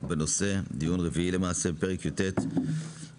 בנושא דיון רביעי למעשה פרק י"ט (בריאות),